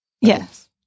yes